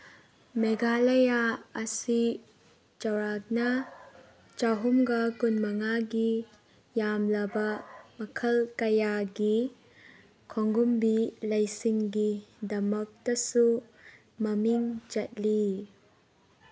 ꯃꯦꯒꯥꯂꯌꯥ ꯑꯁꯤ ꯆꯧꯔꯥꯛꯅ ꯆꯍꯨꯝꯒ ꯀꯨꯟꯃꯉꯥꯒꯤ ꯌꯥꯝꯂꯕ ꯃꯈꯜ ꯀꯌꯥꯒꯤ ꯈꯣꯡꯒꯨꯝꯕꯤ ꯂꯩꯁꯤꯡꯒꯤꯗꯃꯛꯇꯁꯨ ꯃꯃꯤꯡ ꯆꯠꯂꯤ